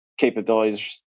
capabilities